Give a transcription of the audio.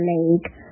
League